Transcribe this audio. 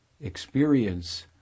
experience